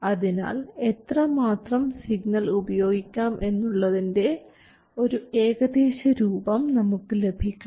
അതിനാൽ എത്രമാത്രം സിഗ്നൽ ഉപയോഗിക്കാം എന്നുള്ളതിൻറെ ഒരു ഏകദേശരൂപം നമുക്ക് ലഭിക്കണം